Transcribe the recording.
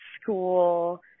school